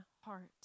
heart